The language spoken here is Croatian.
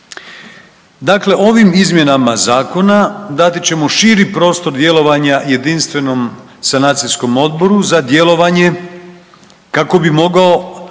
Dakle, ovim izmjenama zakona dati ćemo širi prostor djelovanja Jedinstvenom sanacijskom odboru za djelovanje kako bi mogao